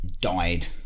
died